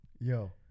Yo